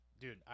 Dude